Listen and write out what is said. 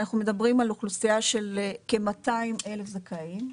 אנחנו מדברים על אוכלוסייה של כ-200,000 זכאים.